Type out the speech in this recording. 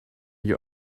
you